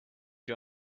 you